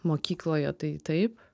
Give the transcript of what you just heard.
mokykloje tai taip